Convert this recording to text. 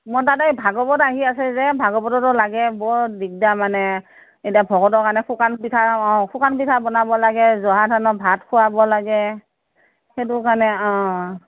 মই তাতে ভাগৱত আহি যে ভাগৱততো লাগে বৰ দিগদাৰ মানে এতিয়া ভকতৰ কাৰণে শুকান পিঠা অ শুকান পিঠা বনাব লাগে জহা ধানৰ ভাত খোৱাব লাগে সেইটো কাৰণে অ